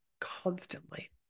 constantly